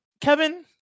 kevin